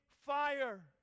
fire